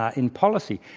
ah in policy.